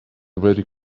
very